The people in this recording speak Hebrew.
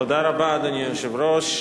אדוני היושב-ראש,